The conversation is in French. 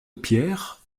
pierre